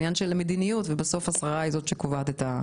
זה עניין של מדיניות והשרה היא זאת שקובעת אותה.